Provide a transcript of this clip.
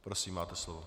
Prosím, máte slovo.